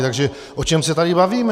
Takže o čem se tady bavíme?